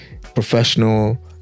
professional